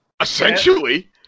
Essentially